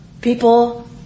people